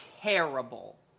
terrible